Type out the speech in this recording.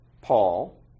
Paul